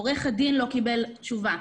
עורך הדין לא קיבל תשובה.